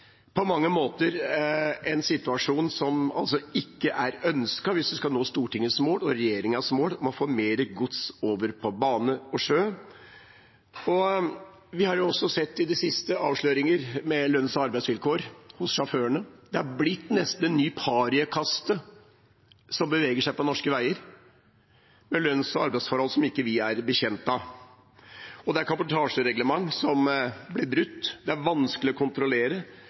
hvis vi skal nå Stortingets og regjeringens mål om å få mer gods over på bane og sjø. Vi har i det siste også sett avsløringer av lønns- og arbeidsvilkår for sjåførene. De har nesten blitt en ny pariakaste, som beveger seg på norske veier med lønns- og arbeidsforhold som vi ikke vil være bekjent av. Kabotasjereglement blir brutt, det er vanskelig å kontrollere, og kontrollørene mangler verktøy til å kontrollere.